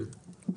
כן.